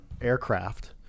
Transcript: aircraft